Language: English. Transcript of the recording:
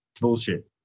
bullshit